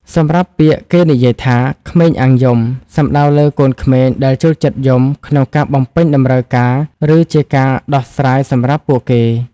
សម្រាប់ពាក្យគេនិយាយថា "ក្មេងអាងយំ" សំដៅលើកូនក្មេងដែលចូលចិត្តយំក្នុងការបំពេញតម្រូវការឬជាការដោះស្រាយសម្រាប់ពួកគេ។